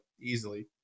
easily